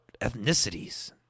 ethnicities